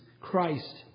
Christ